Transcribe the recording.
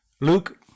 Luke